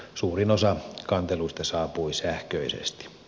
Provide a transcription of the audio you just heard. suurin osa kanteluista saapui sähköisesti